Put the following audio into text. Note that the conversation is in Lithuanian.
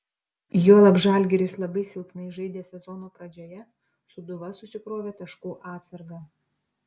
juolab žalgiris labai silpnai žaidė sezono pradžioje sūduva susikrovė taškų atsargą